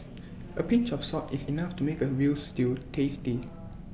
A pinch of salt is enough to make A Veal Stew tasty